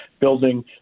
building